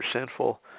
sinful